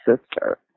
sister